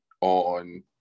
on